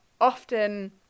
often